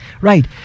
right